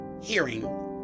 hearing